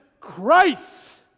Christ